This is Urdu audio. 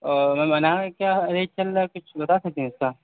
اور میم بنانا کیا ریٹ چل رہا ہے کچھ بتا سکتی ہیں اس کا